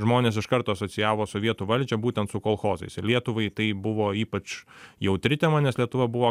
žmonės iš karto asocijavo sovietų valdžią būtent su kolchozais lietuvai tai buvo ypač jautri tema nes lietuva buvo